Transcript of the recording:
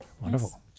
wonderful